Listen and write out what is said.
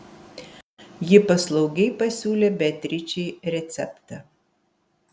ji paslaugiai pasiūlė beatričei receptą